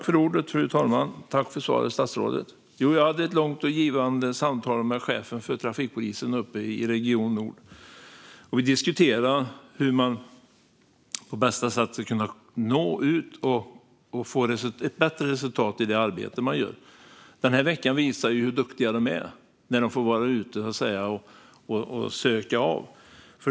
Fru talman! Tack för svaret, statsrådet! Jo, jag hade ett långt och givande samtal med chefen för trafikpolisen uppe i polisregion Nord. Vi diskuterade hur man på bästa sätt ska kunna nå ut och få ett bättre resultat i det arbete man gör. Den här veckan visar hur duktiga de är när de får vara ute och, så att säga, söka av.